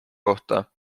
kohta